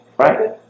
Right